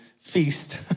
feast